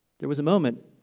there was a moment,